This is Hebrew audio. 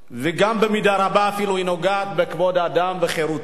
ובמידה רבה נוגעת בכבוד האדם וחירותו.